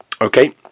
Okay